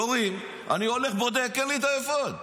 יורים, אני הולך בודק ואין לי אפוד.